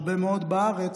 הרבה מאוד בארץ,